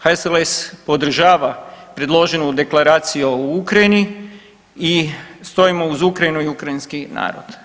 HSLS podržava predloženu Deklaraciju o Ukrajini i stojimo uz Ukrajinu i ukrajinski narod.